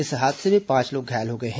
इस हादसे में पांच लोग घायल हो गए हैं